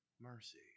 mercy